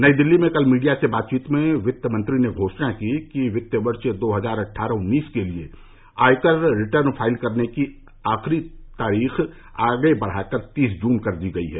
नई दिल्ली में कल मीडिया से बातचीत में वित्तमंत्री ने घोषणा की कि वित्त वर्ष दो हजार अट्ठारह उन्नीस के लिए आयकर रिटर्न फाइल करने की आखिरी तिथि आगे बढ़ाकर तीस जुन कर दी गई है